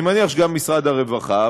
ואני מניח שגם משרד הרווחה.